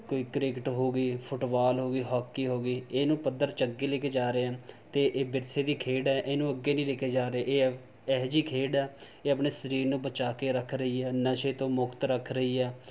ਕੋਈ ਕ੍ਰਿਕਟ ਹੋ ਗਈ ਫੁੱਟਬਾਲ ਹੋ ਗਈ ਹਾਕੀ ਹੋ ਗਈ ਇਹਨੂੰ ਪੱਧਰ 'ਚ ਅੱਗੇ ਲੈ ਕੇ ਜਾ ਰਹੇ ਆ ਅਤੇ ਇਹ ਵਿਰਸੇ ਦੀ ਖੇਡ ਹੈ ਇਹਨੂੰ ਅੱਗੇ ਨਹੀਂ ਲੈ ਕੇ ਜਾ ਰਹੇ ਇਹ ਅਹਿਜੀ ਖੇਡ ਹੈ ਇਹ ਆਪਣੇ ਸਰੀਰ ਨੂੰ ਬਚਾ ਕੇ ਰੱਖ ਰਹੀ ਹੈ ਨਸ਼ੇ ਤੋਂ ਮੁਕਤ ਰੱਖ ਰਹੀ ਹੈ